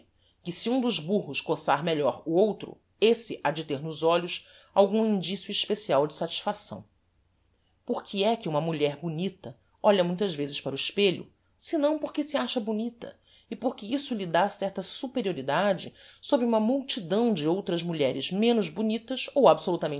que se um dos burros coçar melhor o outro esse ha de ter nos olhos algum indicio especial de satisfação porque é que uma mulher bonita olha muitas vezes para o espelho senão porque se acha bonita e porque isso lhe dá certa superioridade sobre uma multidão de outras mulheres menos bonitas ou